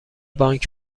بانک